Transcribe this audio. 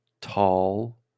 tall